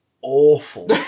awful